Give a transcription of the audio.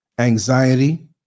Anxiety